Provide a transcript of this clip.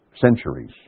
centuries